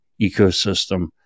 ecosystem